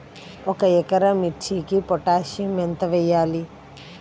ఒక ఎకరా మిర్చీకి పొటాషియం ఎంత వెయ్యాలి?